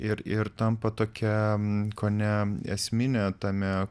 ir ir tampa tokia kone esminė tame